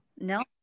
no